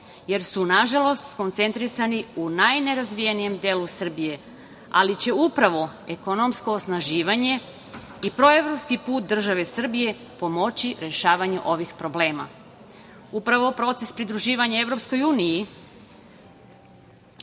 jer su, nažalost, skoncentrisani u najnerazvijenijem delu Srbije, ali će upravo ekonomsko osnaživanje i proevropski put države Srbije pomoći rešavanju ovih problema. Upravo proces pridruživanja EU i projekti